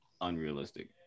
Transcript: unrealistic